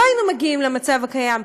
לא היינו מגיעים למצב הקיים,